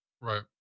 Right